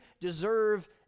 deserve